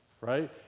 Right